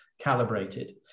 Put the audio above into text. calibrated